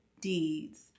deeds